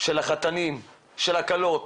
של החתנים, של הכלות,